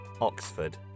Oxford